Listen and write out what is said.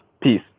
Peace